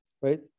right